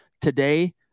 Today